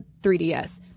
3DS